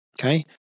Okay